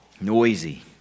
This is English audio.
noisy